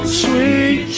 sweet